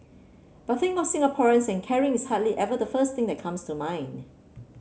but think of Singaporeans and caring is hardly ever the first thing that comes to mind